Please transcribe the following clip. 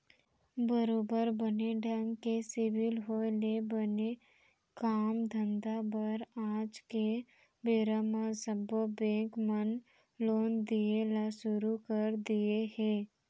बरोबर बने ढंग के सिविल होय ले बने काम धंधा बर आज के बेरा म सब्बो बेंक मन लोन दिये ल सुरू कर दिये हें